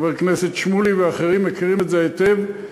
חבר הכנסת שמולי ואחרים מכירים את זה היטב.